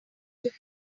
going